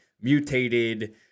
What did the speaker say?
mutated